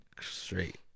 straight